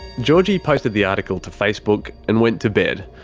georgie posted the article to facebook and went to bed.